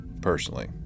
personally